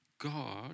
God